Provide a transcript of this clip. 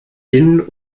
hin